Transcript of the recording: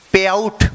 Payout